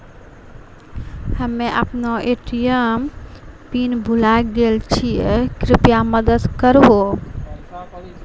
हम्मे अपनो ATM PIN भुलाय गेलो छियै, कृपया मदत करहो